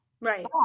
right